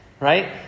Right